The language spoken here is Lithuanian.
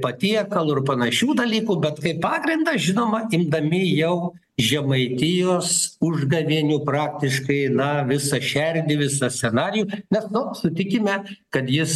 patiekalų ir panašių dalykų bet kaip pagrindą žinoma imdami jau žemaitijos užgavėnių praktiškai na visą šerdį visą scenarijų nes nu sutikime kad jis